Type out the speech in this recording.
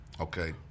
Okay